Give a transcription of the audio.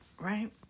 right